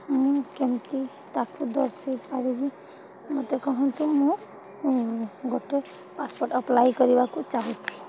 ମୁଁ କେମିତି ତାକୁ ଦର୍ଶାଇ ପାରିବି ମୋତେ କୁହନ୍ତୁ ମୁଁ ଗୋଟେ ପାସ୍ପୋର୍ଟ୍ ଆପ୍ଲାଏ କରିବାକୁ ଚାହୁଁଛି